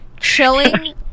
Chilling